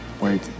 wait